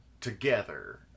together